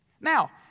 Now